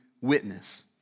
witness